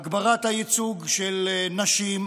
הגברת הייצוג של נשים,